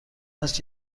است